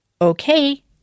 Okay